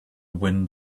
wind